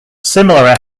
similar